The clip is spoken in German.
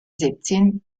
siebzehn